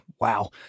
Wow